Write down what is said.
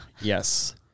Yes